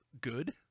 good